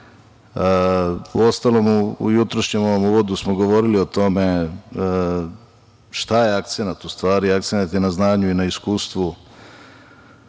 Uostalom u jutrošnjem uvodu smo govorili o tome šta je akcenat u stvari. Akcenat je na znanju i iskustvu